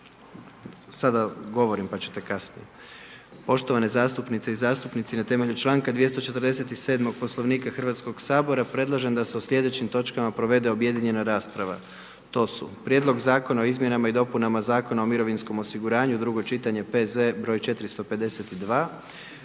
sada govorim, pa ćete kasnije. Poštovane zastupnice i zastupnici na temelju čl. 247. Poslovnika HS-a, predlažem da se o slijedećim točkama provede objedinjena rasprava, to su: - Konačni Prijedlog Zakona o izmjenama i dopunama Zakona o mirovinskom osiguranju, drugo čitanje, P.Z. broj 452,